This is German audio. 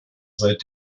seit